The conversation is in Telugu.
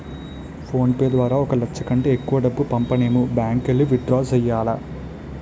ఫోన్ పే ద్వారా ఒక లచ్చ కంటే ఎక్కువ డబ్బు పంపనేము బ్యాంకుకెల్లి విత్ డ్రా సెయ్యాల